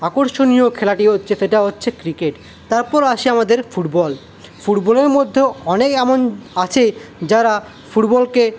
আকর্ষণীয় খেলাটি হচ্ছে সেটা হচ্ছে ক্রিকেট তারপর আছে আমাদের ফুটবল ফুটবলের মধ্যেও অনেক এমন আছে যারা ফুটবলকে